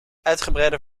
uitgebreide